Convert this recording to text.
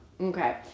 Okay